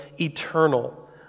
eternal